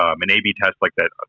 um an a b test like that, ah